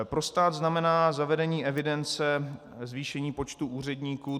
Pro stát znamená zavedení evidence zvýšení počtu úředníků.